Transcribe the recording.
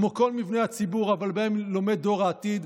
כמו כל מבני הציבור שבהם לומד דור העתיד,